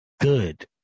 good